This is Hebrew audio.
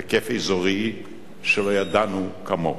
היקף אזורי שלא ידענו כמוהו.